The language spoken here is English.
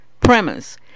premise